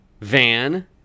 Van